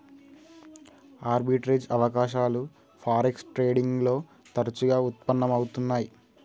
arbitrage అవకాశాలు forex trading లో తరచుగా వుత్పన్నం అవుతున్నై